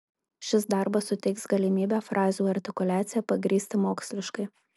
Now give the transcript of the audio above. šis darbas suteiks galimybę frazių artikuliaciją pagrįsti moksliškai